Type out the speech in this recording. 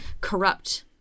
corrupt